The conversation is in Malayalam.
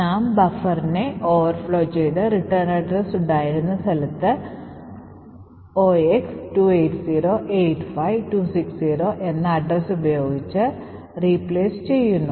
നാം ബഫറിനെ ഓവർ ഫ്ലോ ചെയ്തു റിട്ടേൺ അഡ്രസ്സ് ഉണ്ടായിരുന്ന സ്ഥലത്ത് 0x28085260 എന്നാ അഡ്രസ് ഉപയോഗിച്ച് ച്ച റീപ്ലേസ് ചെയ്യുന്നു